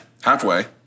Halfway